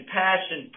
passion